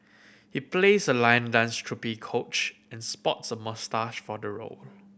he plays a lion dance troupe coach and sports a moustache for the role